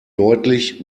deutlich